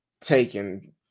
taken